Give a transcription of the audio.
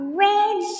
red